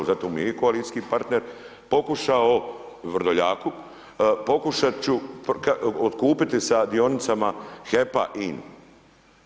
Zato mu je i koalicijski partner, pokušao Vrdoljaku, pokušati ću otkupiti sa dionicama HEP-a INA-u.